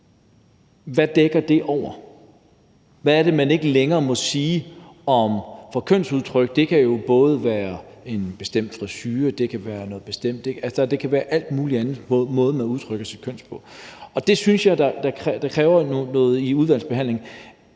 hvad dækker det over, hvad er det, man ikke længere må sige? Kønsudtryk kan både være en bestemt frisure, det kan være noget bestemt, det kan være alt muligt andet, altså måden, man udtrykker sit køn på. Og jeg synes, det kræver en klarhed om det her i udvalgsbehandlingen,